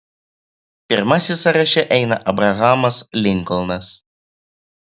pirmasis sąraše eina abrahamas linkolnas